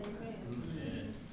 Amen